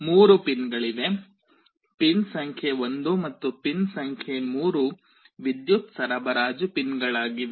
3 ಪಿನ್ಗಳಿವೆ ಪಿನ್ ಸಂಖ್ಯೆ 1 ಮತ್ತು ಪಿನ್ ಸಂಖ್ಯೆ 3 ವಿದ್ಯುತ್ ಸರಬರಾಜು ಪಿನ್ಗಳಾಗಿವೆ